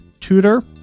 Tutor